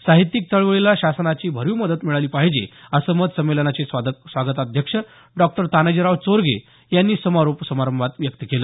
साहित्यिक चळवळीला शासनाची ही भरीव मदत मिळाली पाहिजे असं मत संमेलनाचे स्वागताध्यक्ष डॉक्टर तानाजीराव चोरगे यांनी समारोप समारंभात व्यक्त केलं